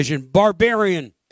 barbarian